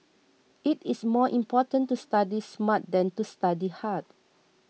it is more important to study smart than to study hard